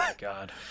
God